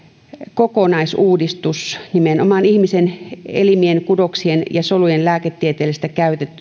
kokonaisuudistus nimenomaan ihmisen elimien kudoksien ja solujen lääketieteellisestä